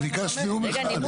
את ביקשת נאום אחד.